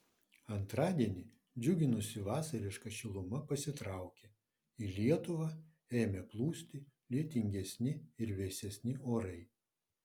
antradienį džiuginusi vasariška šiluma pasitraukė į lietuvą ėmė plūsti lietingesni ir vėsesni orai